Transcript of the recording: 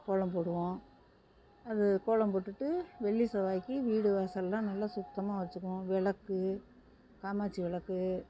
கோலம் போடுவோம் அது கோலம் போட்டுட்டு வெள்ளி செவ்வாய்க்கு வீடு வாசல்லாம் நல்லா சுத்தமாக வச்சுக்குவோம் விளக்கு காமாட்சி விளக்கு